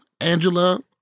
Angela